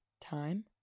Time